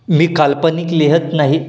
मी काल्पनिक लिहत नाही